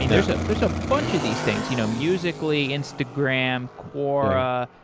there's ah there's a bunch of these things you know musically, instagram quora,